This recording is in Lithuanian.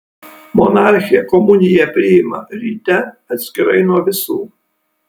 monarchė komuniją priima ryte atskirai nuo visų